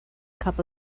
cup